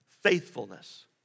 faithfulness